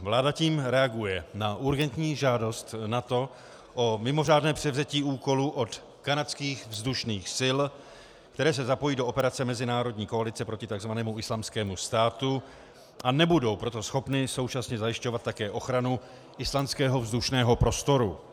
Vláda tím reaguje na urgentní žádost NATO o mimořádné převzetí úkolu od kanadských vzdušných sil, které se zapojí do operace mezinárodní koalice proti takzvanému Islámskému státu, a nebudou proto schopny současně zajišťovat také ochranu islandského vzdušného prostoru.